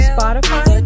Spotify